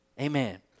Amen